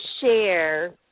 share